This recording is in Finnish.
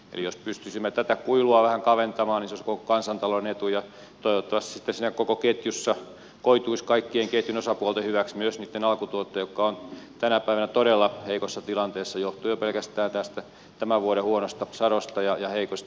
eli jos pystyisimme tätä kuilua vähän kaventamaan niin se olisi koko kansantalouden etu ja toivottavasti sitten siinä koko ketjussa koituisi kaikkien ketjun osapuolten hyväksi myös niitten alkutuottajien jotka ovat tänä päivänä todella heikossa tilanteessa johtuen jo pelkästään tästä tämän vuoden huonosta sadosta ja heikoista säistä